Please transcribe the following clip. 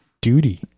Duty